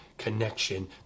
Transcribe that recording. connection